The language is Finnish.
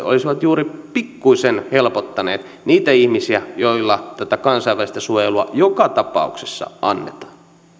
olisivat juuri pikkuisen helpottaneet niitä ihmisiä joille tätä kansainvälistä suojelua joka tapauksessa annetaan